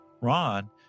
Ron